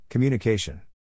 Communication